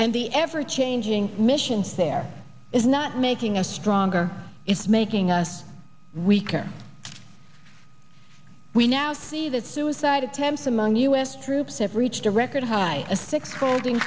and the ever changing missions there is not making a stronger it's making us weaker we now see that suicide attempts among us troops have reached a record high of six holding